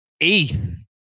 eighth